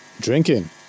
Drinking